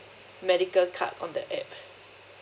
medical card on the app